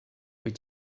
wyt